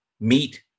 meet